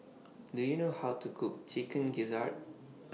Do YOU know How to Cook Chicken Gizzard